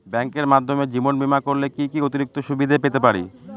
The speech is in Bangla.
ব্যাংকের মাধ্যমে জীবন বীমা করলে কি কি অতিরিক্ত সুবিধে পেতে পারি?